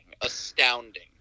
astounding